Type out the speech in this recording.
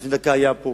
שלפני דקה היה פה,